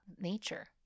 nature